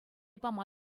пама